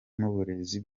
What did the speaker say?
n’uburezi